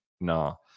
No